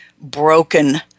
broken